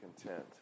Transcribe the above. content